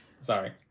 Sorry